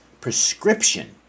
prescription